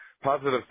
positive